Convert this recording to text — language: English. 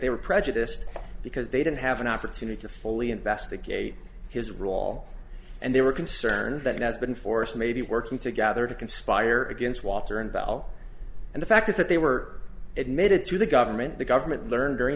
they were prejudiced because they didn't have an opportunity to fully investigate his role and they were concerned that he has been forced maybe working together to conspire against walter and bell and the fact is that they were admitted to the government the government learned during